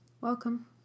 Welcome